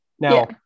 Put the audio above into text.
now